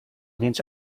więc